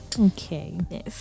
Okay